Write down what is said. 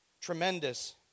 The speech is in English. Tremendous